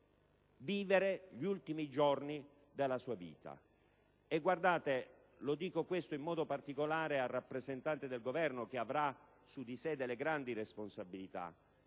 vivere gli ultimi giorni della sua vita. Vorrei rivolgermi in modo particolare al rappresentante del Governo che avrà su di sé grandi responsabilità: